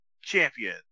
champion